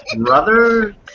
brother